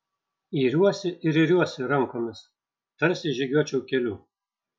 iriuosi ir iriuosi rankomis tarsi žygiuočiau keliu